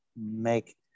make